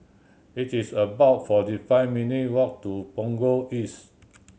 it is about forty five minute walk to Punggol East